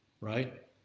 right